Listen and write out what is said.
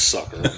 Sucker